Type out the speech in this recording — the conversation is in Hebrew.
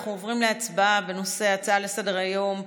אנחנו עוברים להצבעה על הצעה לסדר-היום בנושא: